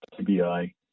TBI